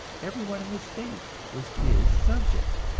everyone in the state was his subject,